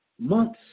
months